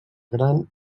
gran